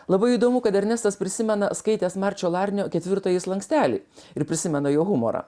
labai įdomu kad ernestas prisimena skaitęs marčio larnio ketvirtąjį slankstelį ir prisimena jo humorą